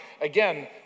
again